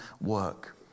work